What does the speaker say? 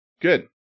Good